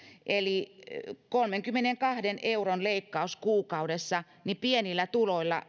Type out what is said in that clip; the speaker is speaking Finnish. eli kolmenkymmenenkahden euron leikkaus kuukaudessa on pienillä tuloilla